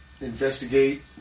investigate